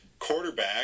quarterback